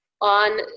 on